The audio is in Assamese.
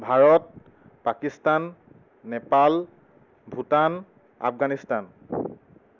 ভাৰত পাকিস্তান নেপাল ভূটান আফগানিস্তান